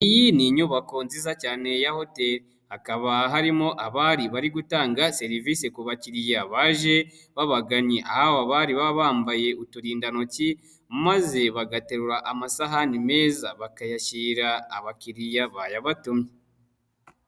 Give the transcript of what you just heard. Iyi ni inyubako nziza cyane ya hoteli hakaba harimo abari bari gutanga serivise ku bakiriya baje babagannye, aho abo bari baba bambaye uturindantoki maze bagaterura amasahani meza bakayashyira abakiriya bayabatumye.